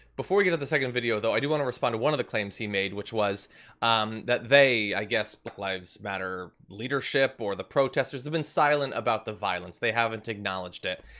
before we get to the second video, though, i do wanna respond to one of the claims he made, which was that they. i guess black lives matter leadership or the protesters, have been silent about the violence, they haven't acknowledged it.